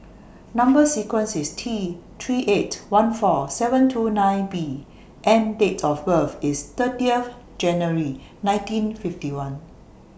Number sequence IS T three eight one four seven two nine B and Date of birth IS thirtieth January nineteen fifty one